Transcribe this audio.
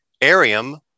Arium